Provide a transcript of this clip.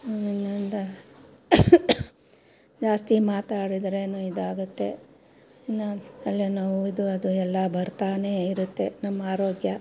ನಿನ್ನೆಯಿಂದ ಜಾಸ್ತಿ ಮಾತಾಡಿದ್ರೆ ಇದಾಗುತ್ತೆ ಇಲ್ಲ ತಲೆನೋವು ಇದು ಅದು ಎಲ್ಲ ಬರ್ತಾನೆ ಇರುತ್ತೆ ನಮ್ಮ ಆರೋಗ್ಯ